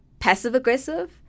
passive-aggressive